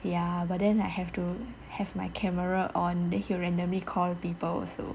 ya but then I have to have my camera on then he will randomly call people also